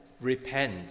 repent